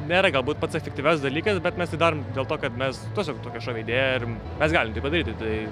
nėra galbūt pats efektyviausias dalykas bet mes tai darom dėl to kad mes tiesiog tokia šovė idėja ir mes galim tai padaryti tai